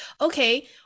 Okay